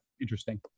interesting